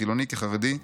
חילוני כחרדי,